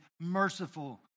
merciful